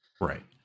Right